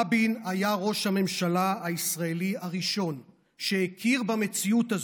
רבין היה ראש הממשלה הישראלי הראשון שהכיר במציאות הזו,